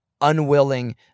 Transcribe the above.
unwilling